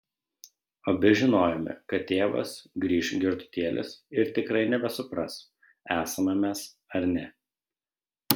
abi žinojome kad tėvas grįš girtutėlis ir tikrai nebesupras esame mes ar ne